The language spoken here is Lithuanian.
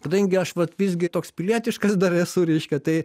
kadangi aš vat visgi toks pilietiškas dar esu reiškia tai